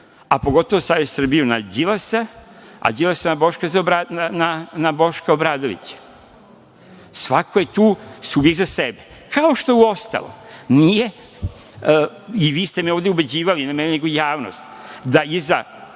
a pogotovo Savez za Srbiju na Đilasa, a Đilasa na Boška Obradovića. Svako je tu … iza sebe, kao što uostalom nije, i vi ste me ovde ubeđivali, ne mene, nego javnost, da iza